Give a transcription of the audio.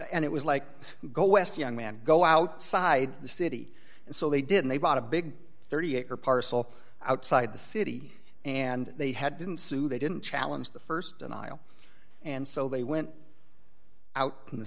and it was like go west young man go outside the city and so they did they bought a big thirty acre parcel outside the city and they had didn't sue they didn't challenge the st denial and so they went out in the